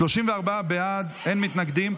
34 בעד, אין מתנגדים.